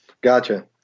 Gotcha